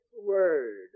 word